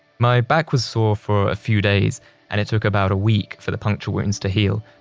my back was sore for a few days and it took about a week for the puncture wounds to heal,